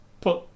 put